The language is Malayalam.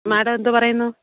മേടം എന്തു പറയുന്നു